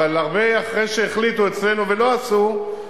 אבל הרבה אחרי שהחליטו אצלנו ולא עשו,